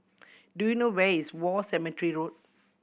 do you know where is War Cemetery Road